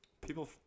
people